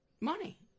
Money